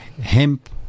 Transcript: Hemp